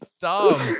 dumb